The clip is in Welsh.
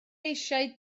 eisiau